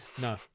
no